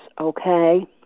Okay